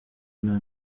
nta